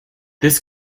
this